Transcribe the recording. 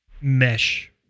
mesh